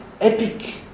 epic